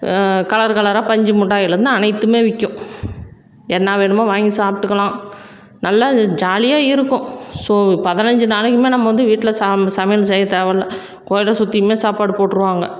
colour கலராக பஞ்சு மிட்டாய்லேந்து அனைத்துமே விற்கும் என்ன வேணுமோ வாங்கி சாப்பிட்டுக்கலாம் நல்லா ஜாலியாக இருக்கும் ஸோ பதினஞ்சி நாளைக்குமே நம்ம வந்து வீட்டில சா இந்த சமையல் செய்ய தேவையில்ல கோயிலை சுற்றியுமே சாப்பாடு போட்டிருவாங்க